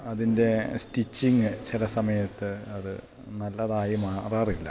അതിൻ്റെ സ്റ്റിച്ചിങ് ചില സമയത്ത് അത് നല്ലതായി മാറാറില്ല